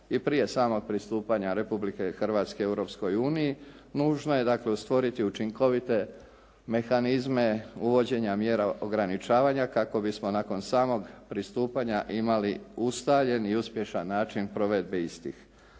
i prije samog pristupanja Republike Hrvatske Europskoj uniji nužno je dakle stvoriti učinkovite mehanizme uvođenja mjera ograničavanja kako bismo nakon samog pristupanja imali ustaljen i uspješan način provedbe istih.